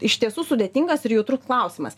iš tiesų sudėtingas ir jautrus klausimas